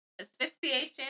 asphyxiation